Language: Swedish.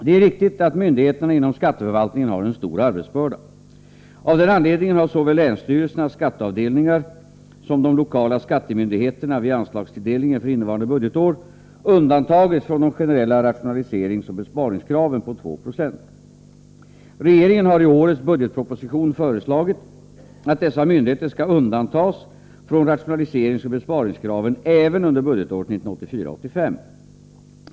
Det är riktigt att myndigheterna inom skatteförvaltningen har en stor arbetsbörda. Av den anledningen har såväl länsstyrelsernas skatteavdelning ar som de lokala skattemyndigheterna vid anslagstilldelningen för innevarande budgetår undantagits från de generella rationaliseringsoch besparingskraven på 2 20. Regeringen har i årets budgetproposition föreslagit att dessa myndigheter skall undantas från rationaliseringsoch besparingskraven även under budgetåret 1984/85.